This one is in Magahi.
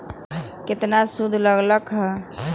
केतना सूद लग लक ह?